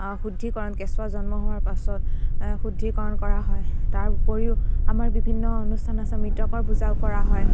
শুদ্ধিকৰণ কেঁচুৱা জন্ম হোৱাৰ পাছত শুদ্ধিকৰণ কৰা হয় তাৰোপৰিও আমাৰ বিভিন্ন অনুষ্ঠান আছে মৃতকৰ পূজাও কৰা হয়